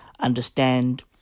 understand